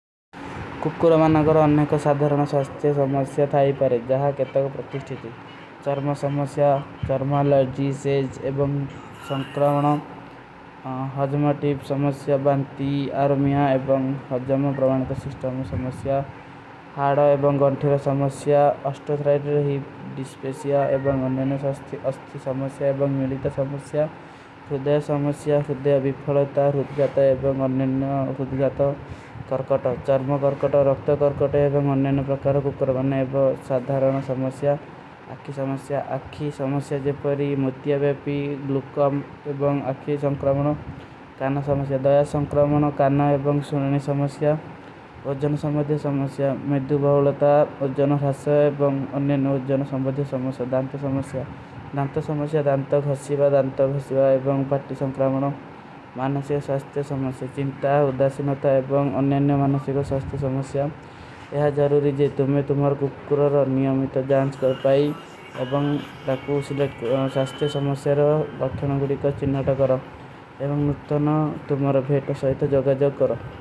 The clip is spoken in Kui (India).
କୁକ୍କୁରମାନାଗର ଅନ୍ନେ କୋ ସାଧରନ ସସ୍ତେ ସମସ୍ଯା ଥାଈ ପରେଜ, ଜହାଂ କେତା କୋ ପ୍ରତିଷ୍ଠୀ ଥୀ। ଚର୍ମ ସମସ୍ଯା, କର୍ମାଲାଜୀ, ସେଜ ଏବଂ ସଂକ୍ରାଵନ, ହଜମାଟୀପ ସମସ୍ଯା, ବାଂତୀ, ଆରମିଯା ଏବଂ ହଜମାପ୍ରଵାଣ। କା ସିସ୍ଟମ ସମସ୍ଯା, ହାଡା ଏବଂ ଗଂଠୀର ସମସ୍ଯା, ଅସ୍ଟୋ ସ୍ରାଇଡର ହୀ ଡିସ୍ପେଶ୍ଯା ଏବଂ ଅନନେନ ସସ୍ତୀ ସମସ୍ଯା। ଏବଂ ମିଲୀତ ସମସ୍ଯା, ଫୁଦ୍ଧାଯ ସମସ୍ଯା, ଫୁଦ୍ଧାଯ ଵିପ୍ଫଲତା, ରୁଦ୍ଗାତା ଏବଂ ଅନନେନ ରୁଦ୍ଗାତା କରକଟା। ଚର୍ମ କରକଟା, ରଖ୍ଟ କରକଟା ଏବଂ ଅନନେନ ପ୍ରକାର କୁକରଵନ ଏବଂ ସଦ୍ଧାରଣ ସମସ୍ଯା, ଅଖୀ ସମସ୍ଯା। ଅଖୀ ସମସ୍ଯା ଜେପରୀ, ମୁତ୍ଯଵେପୀ, ଲୁକମ ଏବଂ ଅଖୀ ସଂକ୍ର ଜ୍ଵା ଏବଂ ପାତି ସଂକ୍ରାମନୋ, ମାନସେ ସହସ୍ତେ ସମସ୍ଯା, ଚିନ୍ତା। ଉଦାସିନତା ଏବଂ ଅନନେନ ମାନସେ କୋ ସହସ୍ତେ ସମସ୍ଯାଂ, ଯହାଁ ଜରୂରୀ ଜେ ତୁମ୍ହେଂ ତୁମ୍ହାର କୁକ୍କୁରାର ନିଯାମିତ ଜାନ୍ଜ କର ପାଈ। ଅବଂ ତାକୁ ଶାସ୍ଥେ ସମସେର ବଠ୍ଥାନ ଗୁଡୀ କା ଚିନ୍ଦାଟା କରା ଏବଂ ନୁଟନ ତୁମ୍ହାର ଭେଟ କା ସାହିତ ଜଗଜଗ କରା।